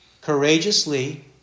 courageously